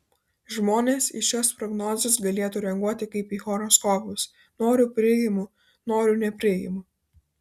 žmonės į šias prognozes galėtų reaguoti kaip į horoskopus noriu priimu noriu nepriimu